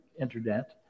internet